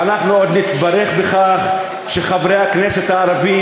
ואנחנו עוד נתברך בכך שחברי הכנסת הערבים